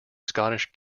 scottish